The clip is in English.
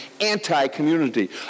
anti-community